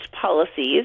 policies